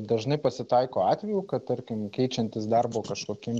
dažnai pasitaiko atvejų kad tarkim keičiantis darbo kažkokiem